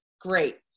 Great